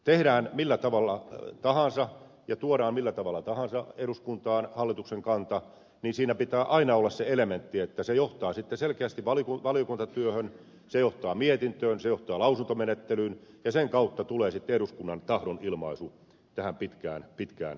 tehdään millä tavalla tahansa ja tuodaan millä tavalla tahansa eduskuntaan hallituksen kanta niin siinä pitää aina olla se elementti että se johtaa selkeästi valiokuntatyöhön se johtaa mietintöön se johtaa lausuntomenettelyyn ja sen kautta tulee sitten eduskunnan tahdonilmaisu tähän pitkään pitkään rakentamiseen